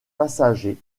passagers